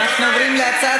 זה שר